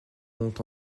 ont